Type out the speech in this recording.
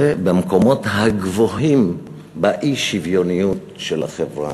ובמקומות הגבוהים באי-שוויוניות של החברה,